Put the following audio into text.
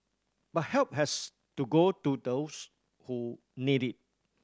but help has to go to those who need it